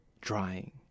drying